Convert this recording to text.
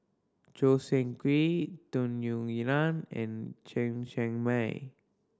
Choo Seng Quee Tung Yue and Chen Chen Mei